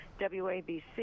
WABC